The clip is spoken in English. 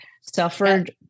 suffered